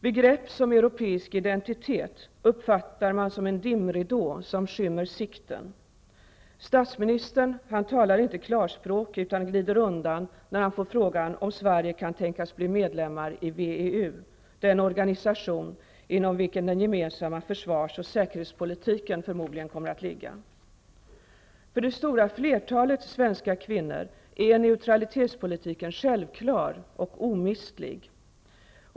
Begrepp som europeisk identitet uppfattar man som en dimridå som skymmer sikten. Statsministern talar inte klarspråk utan glider undan när han får frågan om Sverige kan tänkas bli medlemmar i WEU, den organisation inom vilken den gemensamma försvars och säkerhetspolitiken kommer att ligga. För det stora flertalet svenska kvinnor är neutralitetspolitiken självklar och omistlig.